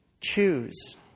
Choose